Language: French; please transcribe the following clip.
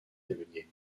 cavaliers